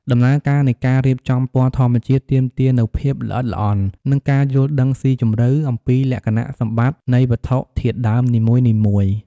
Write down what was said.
ដំណើរការនៃការរៀបចំពណ៌ធម្មជាតិទាមទារនូវភាពល្អិតល្អន់ និងការយល់ដឹងស៊ីជម្រៅអំពីលក្ខណៈសម្បត្តិនៃវត្ថុធាតុដើមនីមួយៗ។